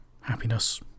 happiness